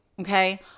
okay